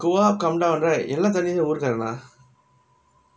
go up come down right எல்லா தண்ணி~ ஊருக்காரனா:ella tanni~ oorukaaranaa